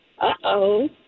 Uh-oh